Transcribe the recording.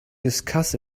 discuss